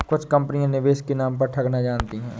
कुछ कंपनियां निवेश के नाम पर ठगना जानती हैं